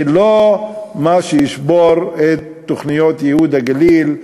זה לא מה שישבור את תוכניות ייהוד הגליל,